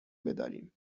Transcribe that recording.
بداریم